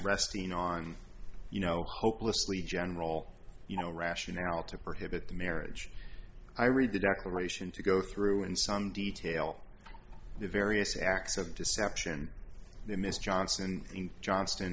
resting on you know hopelessly general you know rationale to prohibit the marriage i read the declaration to go through in some detail the various acts of deception mr johnson in johnston